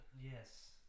yes